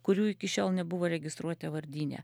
kurių iki šiol nebuvo registruota vardyne